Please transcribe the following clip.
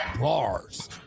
Bars